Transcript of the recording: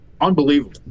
Unbelievable